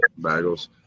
Bagels